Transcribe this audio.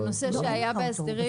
זה נושא שהיה בהסדרים.